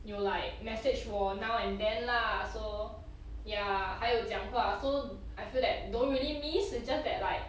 有 like message 我 now and then lah so ya 还有讲话 so I feel that don't really miss it's just that like